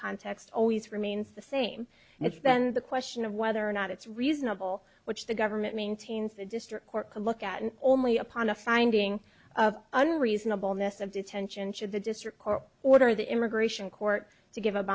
context always remains the same and it's then the question of whether or not it's reasonable which the government maintains the district court to look at and only upon a finding of unreasonable ness of detention should the district court order the immigration court to give